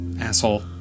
asshole